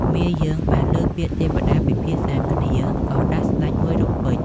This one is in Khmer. មាយើងបានឮពាក្យទេវតាពិភាក្សាគ្នាក៏ដាស់ស្តេចមួយរំពេច។